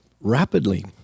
rapidly